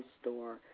store